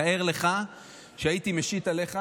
תאר לך שהייתי משית עליך,